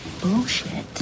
bullshit